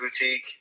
Boutique